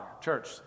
Church